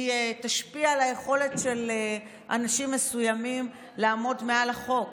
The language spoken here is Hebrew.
היא תשפיע על היכולת של אנשים מסוימים לעמוד מעל החוק.